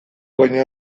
baino